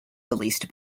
released